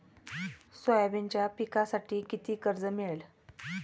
सोयाबीनच्या पिकांसाठी किती कर्ज मिळेल?